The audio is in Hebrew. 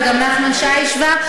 וגם נחמן שי השווה.